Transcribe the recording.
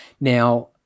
Now